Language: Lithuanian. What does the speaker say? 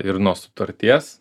ir nuo sutarties